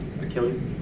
Achilles